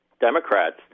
Democrats